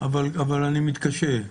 אבל אני מתקשה.